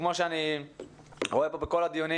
כמו שאני רואה פה בדיונים,